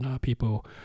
people